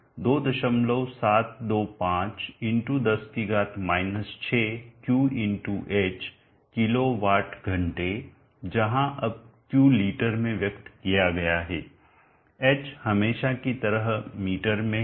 तो 2725×10 6 Q×h kilo watt घंटे जहां अब Q लीटर में व्यक्त किया गया है h हमेशा की तरह मीटर में है